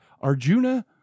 Arjuna